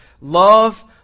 love